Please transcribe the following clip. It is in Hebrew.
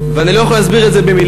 ואני לא יכול להסביר את זה במילים,